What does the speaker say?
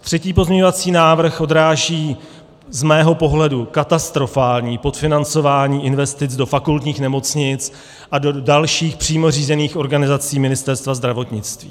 Třetí pozměňovací návrh odráží z mého pohledu katastrofální podfinancování investic do fakultních nemocnic a do dalších přímo řízených organizací Ministerstva zdravotnictví.